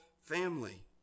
family